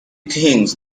thinks